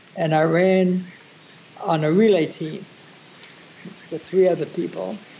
and i ran on a relay team with three other people,